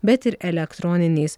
bet ir elektroniniais